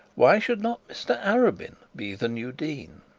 why should not mr arabin be the new dean?